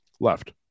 left